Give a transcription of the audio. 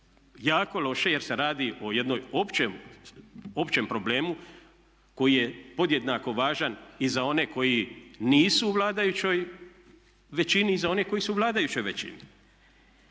jako loše jer se radi o jednom općem problemu koji je podjednako važan i za one koji nisu u vladajućoj većini i za one koji su u vladajućoj većini.